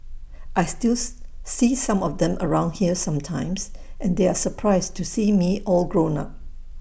I still see some of them around here sometimes and they are surprised to see me all grown up